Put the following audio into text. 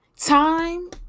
Time